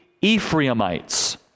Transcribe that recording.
Ephraimites